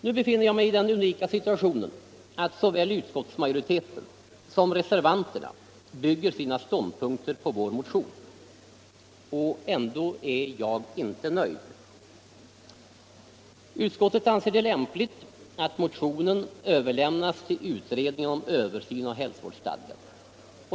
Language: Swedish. Jag befinner mig nu i den unika situationen att såväl utskottsmajoriteten som reservanterna bygger sina ståndpunkter på vår motion. Ändå är jag inte nöjd. Utskottet anser det lämpligt att motionen överlämnas till utredningen om Översyn av hälsovårdsstadgan.